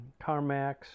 CarMax